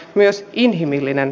myös inhimillinen